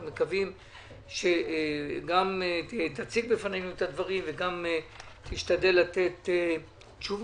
אנחנו מקווים שגם תציג בפנינו את הדברים וגם תשתדל לתת תשובות.